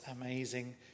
amazing